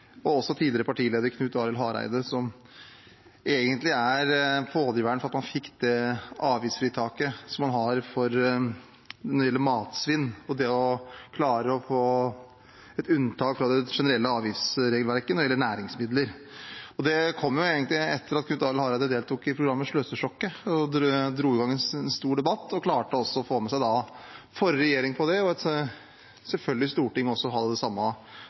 og av tidligere partileder Knut Arild Hareide, som egentlig er pådriveren for at man fikk det avgiftsfritaket som man har når det gjelder matsvinn, og at man klarte å få unntak fra det generelle avgiftsregelverket når det gjelder næringsmidler. Det kom egentlig etter at Knut Arild Hareide deltok i programmet «Sløsesjokket» og dro i gang en stor debatt, og da klarte å få med seg forrige regjering på det. Selvfølgelig har også Stortinget den samme målsettingen som det